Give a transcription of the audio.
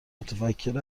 متفکر